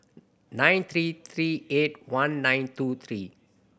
nine three three eight one nine two three